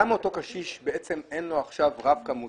למה לאותו קשיש אין עכשיו רב-קו מוטען?